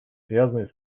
связанные